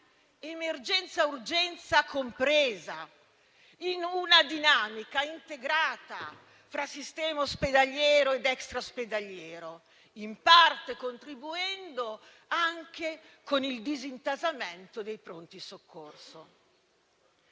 emergenza-urgenza compresa, in una dinamica integrata fra sistema ospedaliero ed extraospedaliero, in parte contribuendo anche al disintasamento dei pronto soccorso.